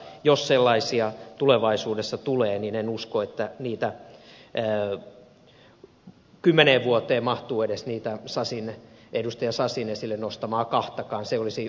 jos sellaisia tulevaisuudessa tulee niin en usko että kymmeneen vuoteen mahtuu edes niitä edustaja sasin esille nostamaa kahtakaan se olisi poikkeuksellisen paljon